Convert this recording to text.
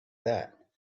that